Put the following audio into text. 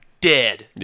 dead